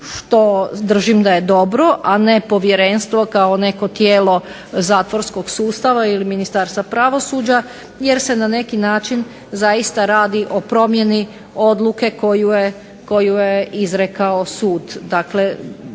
što držim da je dobro, a ne povjerenstvo kao neko tijelo zatvorskog suda ili Ministarstva pravosuđa, jer se na neki način zaista radi o promjeni odluke koju je izrekao sud.